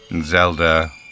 Zelda